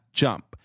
jump